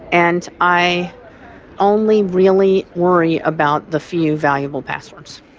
and i only really worry about the few valuable passwords.